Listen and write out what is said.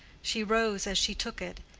she rose as she took it,